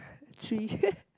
three